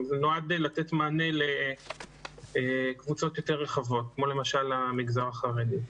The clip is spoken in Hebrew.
כדי לתת מענה לקבוצות יותר רחבות כמו למשל המגזר החרדי.